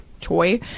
toy